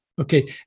okay